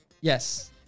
Yes